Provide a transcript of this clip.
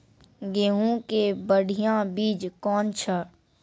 गेहूँ के बढ़िया बीज कौन छ?